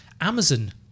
amazon